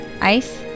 Ice